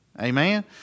Amen